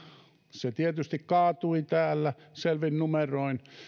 se tietysti kaatui täällä selvin numeroin